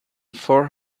for